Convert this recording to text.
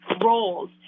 roles